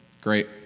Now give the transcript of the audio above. Great